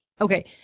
Okay